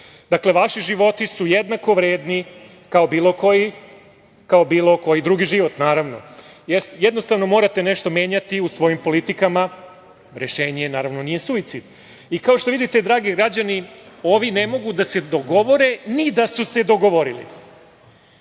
Dakle, vaši životi su jednako vredni kao bilo koji drugi život naravno. Jednostavno morate nešto menjati u svojim politikama, rešenje naravno nije suicid. Kao što vidite, dragi građani, ovi ne mogu da se dogovore ni da su se dogovorili. Danas